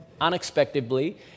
unexpectedly